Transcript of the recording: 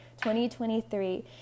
2023